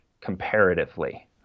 comparatively